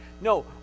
No